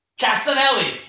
Castanelli